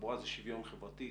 תחבורה זה שוויון חברתי,